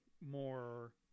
more